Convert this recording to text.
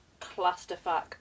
clusterfuck